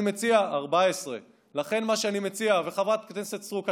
14. 14. וחברת הכנסת סטרוק,